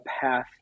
path